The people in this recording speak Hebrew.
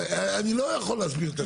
אני לא יכול להסביר את עצמי כל הזמן.